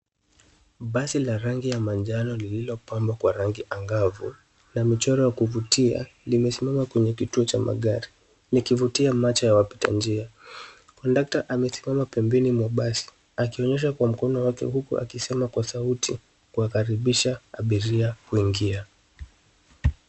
Basi la rangi ya manjano lililo pambwa kwa rangi angavu lina michoro ya kuvutia. Limesimama kwenye kituo cha magari likivutia macho ya wapita njia. Kondakta amesimama pembeni kwa basi akionyesha kwa mkono wake huku akisema kwa sauti kuwakaribisha abiria kuingia.